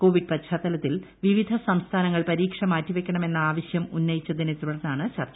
Covid പശ്ചാത്തലത്തിൽ വിവിധ സംസ്ഥാനങ്ങൾ പരീക്ഷ മാറ്റിവയ്ക്കണമെന്ന ആവശ്യം ഉന്നയിച്ചതിന്റെ തുടർന്നാണ് ചർച്ച